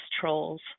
trolls